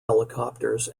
helicopters